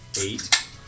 eight